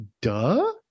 Duh